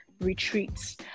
retreats